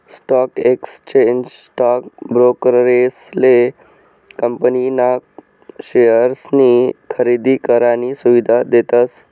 stock exchange stock ब्रोकरेसले company ना शेअर्सनी खरेदी करानी सुविधा देतस